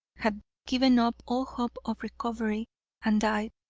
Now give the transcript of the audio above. had given up all hope of recovery and died,